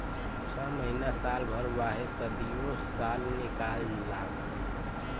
छ महीना साल भर वाहे सदीयो साल निकाल ला